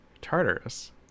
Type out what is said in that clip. tartarus